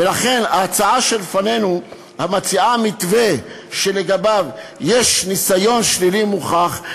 ולכן ההצעה שלפנינו המציעה מתווה שלגביו יש ניסיון שלילי מוכח,